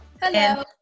Hello